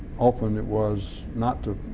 often it was not to